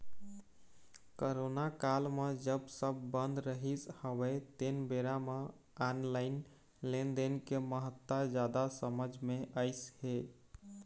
corona काल म जब सब बंद रहिस हवय तेन बेरा म ऑनलाइन लेनदेन के महत्ता जादा समझ मे अइस हे